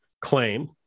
claim